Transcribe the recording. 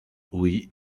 oui